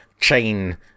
chain